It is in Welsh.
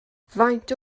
faint